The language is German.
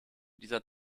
dieser